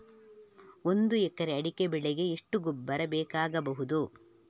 ಒಂದು ಎಕರೆ ಅಡಿಕೆ ಬೆಳೆಗೆ ಎಷ್ಟು ಗೊಬ್ಬರ ಬೇಕಾಗಬಹುದು?